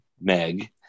Meg